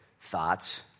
thoughts